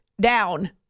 down